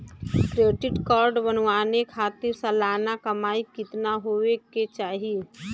Credit card बनवावे खातिर सालाना कमाई कितना होए के चाही?